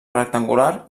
rectangular